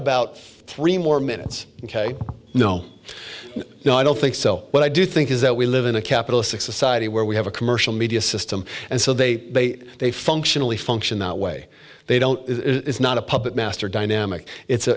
about three more minutes ok no no i don't think so but i do think is that we live in a capitalistic society where we have a commercial media system and so they they they functionally function that way they don't is not a puppet master dynamic